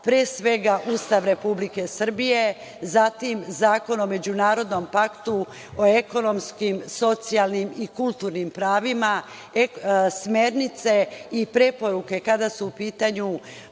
pre svega, Ustav Republike Srbije, zatim Zakon o međunarodnom paktu, ekonomskim, socijalnim i kulturnim pravima, smernice i preporuke kada su u pitanju